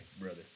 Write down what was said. brother